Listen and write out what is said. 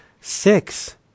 six